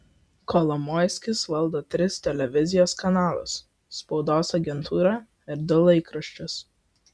kolomoiskis valdo tris televizijos kanalus spaudos agentūrą ir du laikraščius